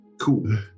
Cool